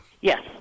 Yes